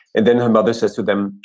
and then her mother says to them,